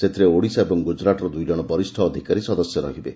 ସେଥିରେ ଓଡିଶା ଓ ଗୁଜୁରାଟର ଦୁଇଜଣ ବ ରିଷ୍ଡ ଅଧିକାରୀ ସଦସ୍ୟ ରହିବେ